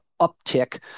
Uptick